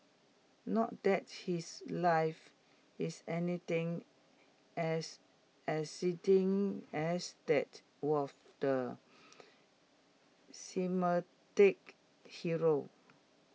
not that his life is anything as exciting as that was the hero